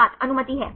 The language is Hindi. छात्र अनुमति है